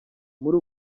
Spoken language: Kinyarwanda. muri